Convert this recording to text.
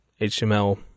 HTML